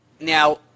now